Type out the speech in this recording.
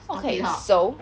okay so